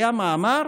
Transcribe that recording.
היה מאמר